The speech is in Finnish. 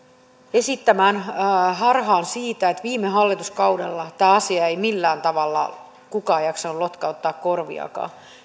esittämään harhaan siitä että viime hallituskaudella tälle asialle ei millään tavalla kukaan jaksanut lotkauttaa korviaankaan